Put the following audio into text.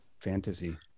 fantasy